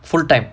full time